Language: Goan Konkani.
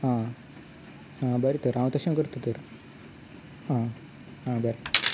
आं आं बरें तर हांव तशें करतां तर हां हां बरें